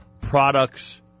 Products